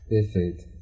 Perfeito